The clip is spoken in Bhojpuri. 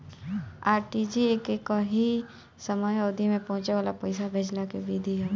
आर.टी.जी.एस एकही समय अवधि में पहुंचे वाला पईसा भेजला के विधि हवे